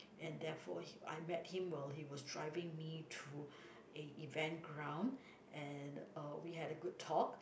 and therefore he I met him while he was driving me through a event ground and uh we had a good talk